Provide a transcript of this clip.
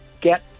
get